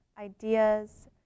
ideas